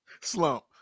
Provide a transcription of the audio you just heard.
Slump